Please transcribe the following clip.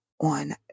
on